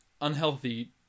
unhealthy